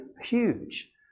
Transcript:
huge